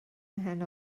mhen